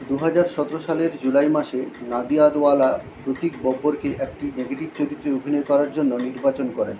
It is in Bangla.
দুহাজার সতেরো সালের জুলাই মাসে নাদিয়াদওয়ালা প্রতীক বব্বরকে একটি নেগেটিভ চরিত্রে অভিনয় করার জন্য নির্বাচন করেন